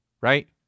right